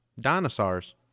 Dinosaurs